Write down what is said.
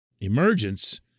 emergence